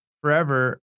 forever